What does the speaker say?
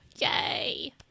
Yay